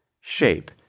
shape